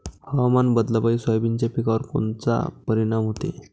हवामान बदलापायी सोयाबीनच्या पिकावर कोनचा परिणाम होते?